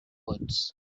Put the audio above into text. woods